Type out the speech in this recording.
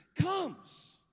comes